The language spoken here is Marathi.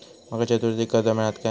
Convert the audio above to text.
माका चतुर्थीक कर्ज मेळात काय?